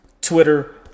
twitter